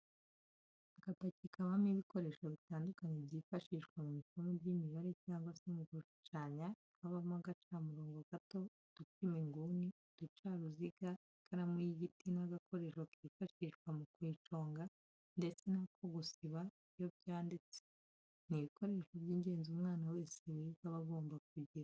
Agapaki kabamo ibikoresho bitandukanye byifashishwa mu isomo ry'imibare cyangwa se mu gushushanya habamo agacamurongo gato, udupima inguni, uducaruziga, ikaramu y'igiti n'agakoresho kifashishwa mu kuyiconga ndetse n'ako gusiba ibyo yanditse, ni ibikoresho by'ingenzi umwana wese wiga aba agomba kugira.